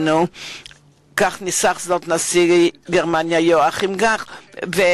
כך ניסח זאת נשיא גרמניה יואכים גאוק.